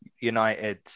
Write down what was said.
United